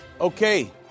Okay